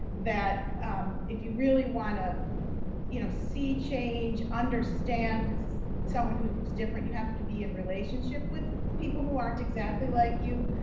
that if you really wanna you know see change understand someone who's different, you have to be in relationship with people who aren't exactly like you.